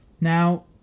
Now